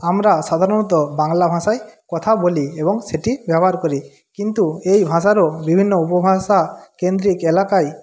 আমরা সাধারণত বাংলা ভাষায় কথা বলি এবং সেটি ব্যবহার করি কিন্তু এই ভাষারও বিভিন্ন উপভাষাকেন্দ্রিক এলাকায়